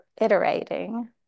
iterating